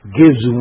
gives